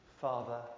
Father